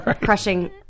crushing